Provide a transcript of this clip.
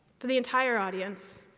for the entire audience,